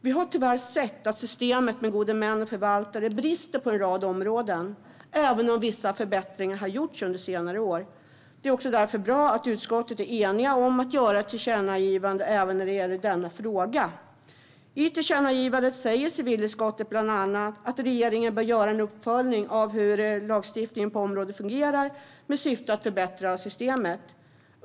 Vi har tyvärr sett att systemet med gode män och förvaltare brister på en rad områden, även om vissa förbättringar har gjorts under senare år. Det är därför bra att utskottet är enigt om att föreslå ett tillkännagivande även när det gäller denna fråga. Civilutskottet föreslår att tillkännagivandet bland annat ska innehålla en uppmaning till regeringen att göra en uppföljning av hur lagstiftningen på området fungerar, i syfte att förbättra systemet.